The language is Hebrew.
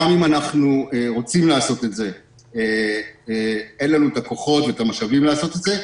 גם אם אנחנו רוצים לעשות את זה אין לנו את הכוחות והמשאבים לעשות את זה.